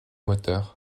moteur